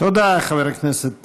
תודה, חבר הכנסת טיבי.